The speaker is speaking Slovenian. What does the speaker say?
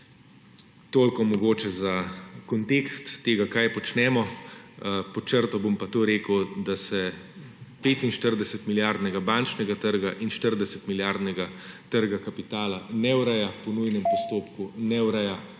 Toliko mogoče za kontekst tega, kar počnemo. Pod črto bom pa to rekel, da se 45 milijard bančnega trga in 40 milijardnega trga kapitala ne ureja po nujnem postopku, ne ureja